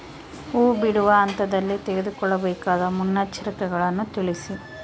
ಹೂ ಬಿಡುವ ಹಂತದಲ್ಲಿ ತೆಗೆದುಕೊಳ್ಳಬೇಕಾದ ಮುನ್ನೆಚ್ಚರಿಕೆಗಳನ್ನು ತಿಳಿಸಿ?